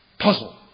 Puzzle